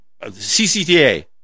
CCTA